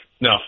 No